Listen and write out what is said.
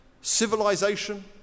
civilisation